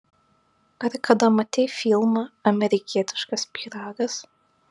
ar kada matei filmą amerikietiškas pyragas